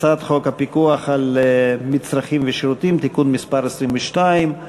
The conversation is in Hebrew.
הצעת חוק הפיקוח על מצרכים ושירותים (תיקון מס' 22),